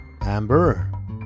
Amber